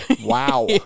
wow